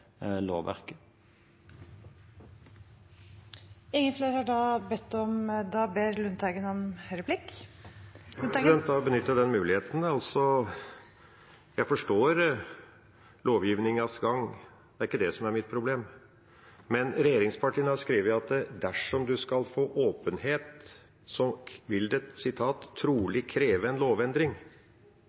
Jeg forstår lovgivningens gang, det er ikke det som er mitt problem, men regjeringspartiene har skrevet at dersom man skal få åpenhet, vil det trolig kreve en lovendring.